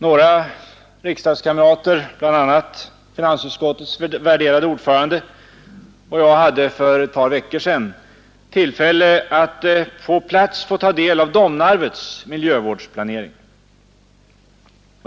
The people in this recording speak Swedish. Några riksdagskamrater, bl.a. finansutskottets värderade ordförande och jag, hade för ett par veckor sedan tillfälle att på plats få ta del av Domnarvets miljövårdsplanering.